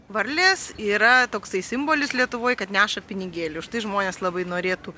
varlės yra toksai simbolis lietuvoje kad neša pinigėlį už tai žmonės labai norėtų